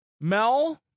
Mel